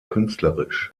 künstlerisch